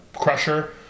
Crusher